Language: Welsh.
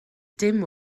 dim